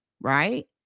right